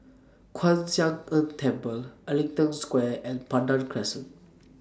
Kwan Siang Tng Temple Ellington Square and Pandan Crescent